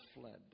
fled